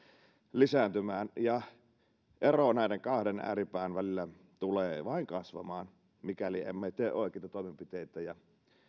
lisääntymään ja ero näiden kahden ääripään välillä tulee vain kasvamaan mikäli emme tee oikeita toimenpiteitä ja